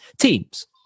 teams